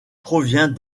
provient